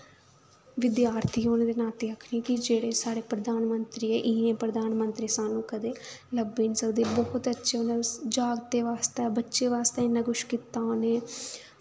विधार्थी होने दे नाते आखनी कि जेह्ड़े साढ़े प्रधानमंत्री इ'यै प्रधानमंत्री सानूं कदें लब्भी नी सकदे बहुत अच्छे जागतें बास्तै बच्चें बास्तै इन्ना कुछ कीता उ'नें